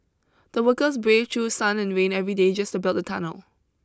the workers braved through sun and rain every day just to build the tunnel